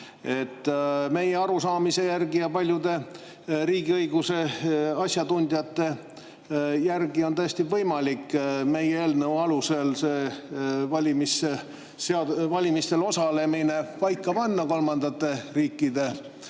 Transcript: Meie arusaamise järgi ja paljude riigiõiguse asjatundjate [arvamuse] järgi on tõesti võimalik meie eelnõu alusel valimistel osalemine paika panna kolmandate riikide